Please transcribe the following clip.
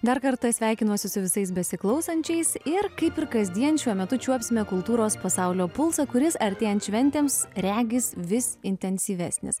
dar kartą sveikinuosi su visais besiklausančiais ir kaip ir kasdien šiuo metu čiuopsime kultūros pasaulio pulsą kuris artėjant šventėms regis vis intensyvesnis